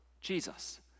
Jesus